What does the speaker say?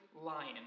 lion